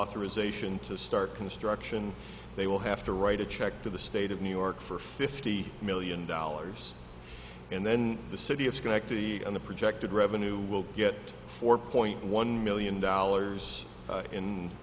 authorization to start construction they will have to write a check to the state of new york for fifty million dollars and then the city of schenectady and the projected revenue will get four point one million dollars